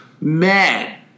Man